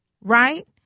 right